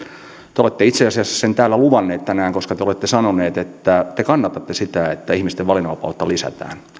te olette itse asiassa sen täällä luvanneet tänään koska te olette sanoneet että te kannatatte sitä että ihmisten valinnanvapautta lisätään